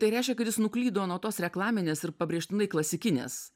tai reiškia kad jis nuklydo nuo tos reklaminės ir pabrėžtinai klasikinės